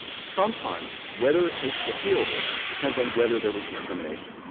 sometimes whether a case is appealable depends on whether there was discrimination.